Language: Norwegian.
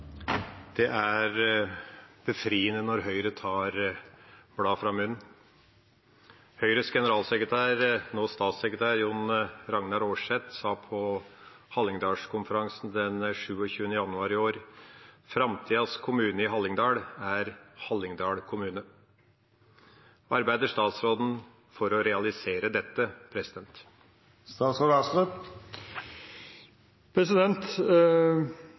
Høyres generalsekretær – nå statssekretær, John-Ragnar Aarset, sa på Hallingdalskonferansen 27. januar i år: – Framtidas kommune i Hallingdal er «Hallingdal kommune». Arbeider statsråden for å realisere dette?»